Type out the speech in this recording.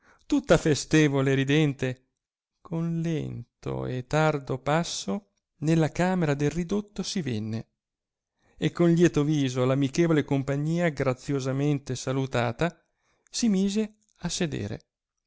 tutta festevole e ridente con lento e tardo passo nella camera del ridotto si venne e con lieto viso amichevole compagnia graziosamente salutata si mise a sedere